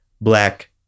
black